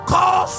Call